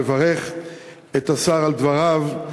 לברך את השר על דבריו,